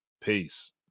Peace